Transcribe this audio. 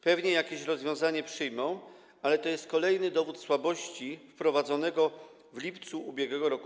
Pewnie jakieś rozwiązanie przyjmą, ale to jest kolejny dowód słabości wprowadzonego w lipcu ub.r.